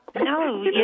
No